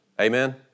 Amen